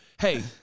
hey